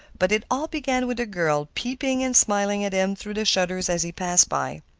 but it all began with a girl peeping and smiling at him through the shutters as he passed by.